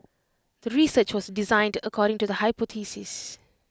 the research was designed according to the hypothesis